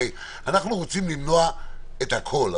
אנחנו רוצים למנוע את הכול,